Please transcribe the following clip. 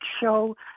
show